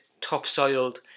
topsoiled